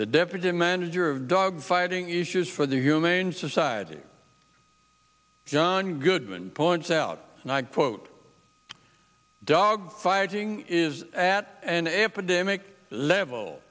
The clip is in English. the deputy manager of dog fighting issues for the humane society john goodman points out and i quote dog fighting is at an epidemic level